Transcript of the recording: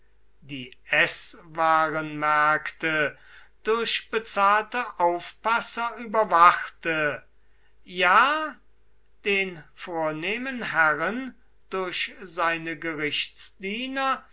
die eßwarenmärkte durch bezahlte aufpasser überwachte ja den vornehmen herren durch seine gerichtsdiener